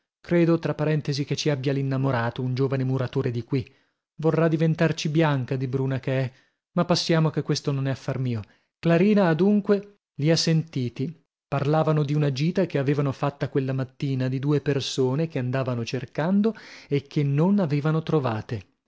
credo tra parentesi che ci abbia l'innamorato un giovane muratore di qui vorrà diventarci bianca di bruna che è ma passiamo che questo non è affar mio clarina adunque li ha sentiti parlavano di una gita che avevano fatta quella mattina di due persone che andavano cercando e che non avevano trovate